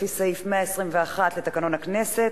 לפי סעיף 121 לתקנון הכנסת,